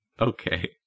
Okay